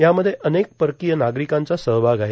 यामध्ये अनेक परकीय नागरिकांचा सहभाग आहे